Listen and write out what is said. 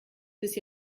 bis